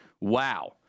Wow